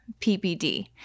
PPD